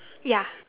ya